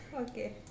Okay